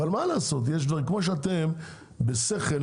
כמו שאתם בשכל,